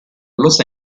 los